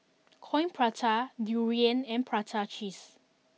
Coin Prata Durian and Prata Cheese